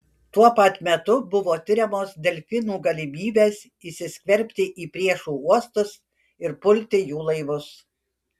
tuo pat metu buvo tiriamos delfinų galimybės įsiskverbti į priešų uostus ir pulti jų laivus